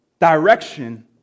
direction